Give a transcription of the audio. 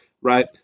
right